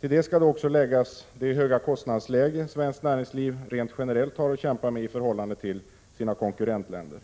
Till det skall läggas det höga kostnadsläge som svenskt näringsliv rent generellt har att kämpa med i förhållande till sina konkurrentländer.